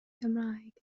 gymraeg